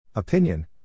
Opinion